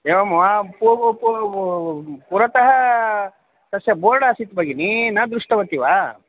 एवं वा पू प पुरतः तस्य बोर्ड् आसीत् भगिनि न दृष्टवती वा